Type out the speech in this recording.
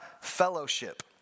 fellowship